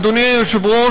אדוני היושב-ראש,